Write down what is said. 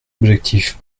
objectif